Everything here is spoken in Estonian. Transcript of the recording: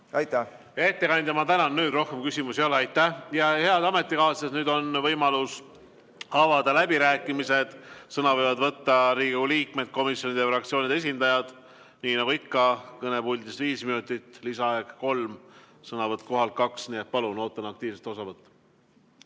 Ettekandja, ma tänan. Rohkem küsimusi ei ole. Aitäh! Head ametikaaslased, nüüd on võimalus avada läbirääkimised. Sõna võivad võtta Riigikogu liikmed, komisjonide ja fraktsioonide esindajad. Nii nagu ikka kõnepuldist viis minutit, lisaaeg kolm, sõnavõtt kohalt kaks, nii et palun, ootan aktiivset osavõttu.